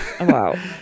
wow